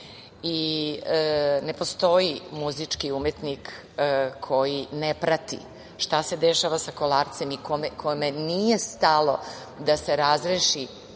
i ne postoji muzički umetnik koji ne prati šta se dešava sa Kolarcem i kome nije stalo da se razreši